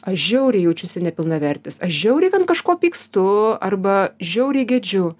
aš žiauriai jaučiasi nepilnavertis aš žiauriai ten kažko pykstu arba žiauriai gedžiu